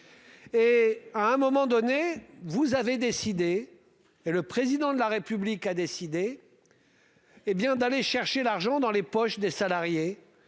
Et à un moment donné vous avez décidé et le président de la République a décidé. Hé bien d'aller chercher l'argent dans les poches des salariés